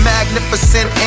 Magnificent